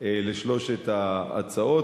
על שלוש ההצעות.